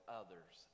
others